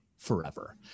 Forever